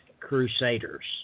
crusaders